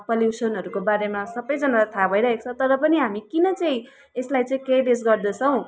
पल्युसनहरूको बारेमा सबैजनालाई थाहा भइरहेको छ तरै पनि हामी किन चाहिँ यसलाई चाहिँ केयरलेस गर्दैछौँ